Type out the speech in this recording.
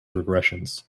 regressions